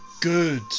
good